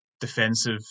defensive